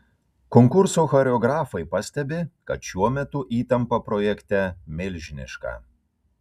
konkurso choreografai pastebi kad šiuo metu įtampa projekte milžiniška